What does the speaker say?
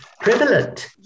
prevalent